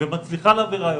ומצליחה להביא ראיות,